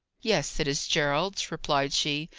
yes, it is gerald's, replied she.